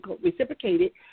reciprocated